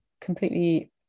completely